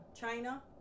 China